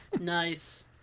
Nice